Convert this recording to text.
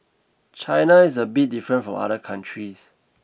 China is a bit different from other countries